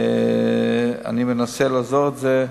אני מנסה לעזור בזה,